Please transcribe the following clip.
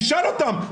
תשאל אותם,